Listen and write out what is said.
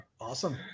Awesome